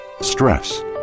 stress